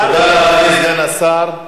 תודה לאדוני סגן השר.